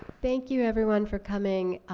thank you everyone for coming.